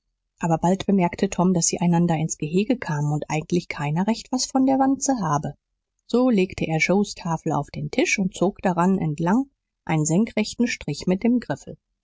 aber bald bemerkte tom daß sie einander ins gehege kamen und eigentlich keiner recht was von der wanze habe so legte er joes tafel auf den tisch und zog daran entlang einen senkrechten strich mit dem griffel